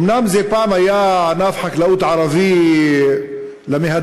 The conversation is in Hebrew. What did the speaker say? אומנם פעם זה היה ענף חקלאות ערבי למהדרין,